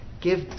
give